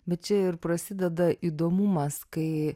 bet čia ir prasideda įdomumas kai